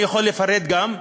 אני יכול לפרט גם,